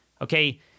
Okay